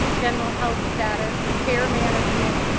general health status, care management,